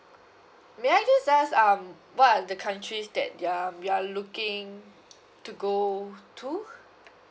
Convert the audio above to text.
may I just ask um what are the countries that you're you are looking to go to